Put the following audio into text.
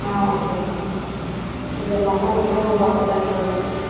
ஆ okay sir கொஞ்சம் நல்லா மட்டும் பார்த்து பண்ணி கொடுங்க சார்